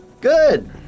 Good